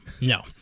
No